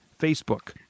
Facebook